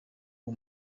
uwo